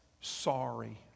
sorry